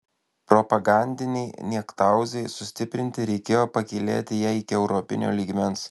propagandinei niektauzai sustiprinti reikėjo pakylėti ją iki europinio lygmens